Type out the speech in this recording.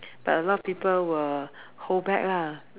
but a lot of people will hold back lah